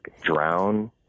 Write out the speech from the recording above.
Drown